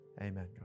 Amen